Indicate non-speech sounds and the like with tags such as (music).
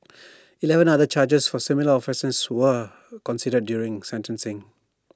(noise) Eleven other charges for similar offences were considered during sentencing